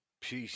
Peace